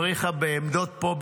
הבריחה נשק בעמדות פה,